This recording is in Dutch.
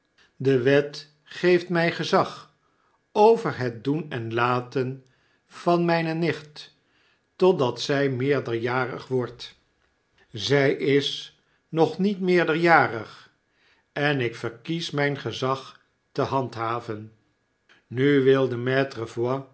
de wet geeft mij gezag over het doen enlaten van mijne nicht totdat zij meerderjarig wordt zij is nog niet meerderjarig en ik verkies mp gezag te handhaven nu wilde